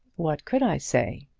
what could i say?